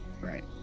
Right